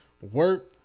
work